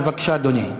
בבקשה, אדוני.